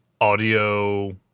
audio